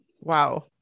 wow